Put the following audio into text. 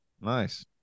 nice